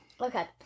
Okay